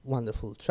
Wonderful